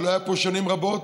שלא היה פה שנים רבות,